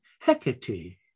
hecate